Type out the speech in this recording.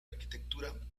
arquitectura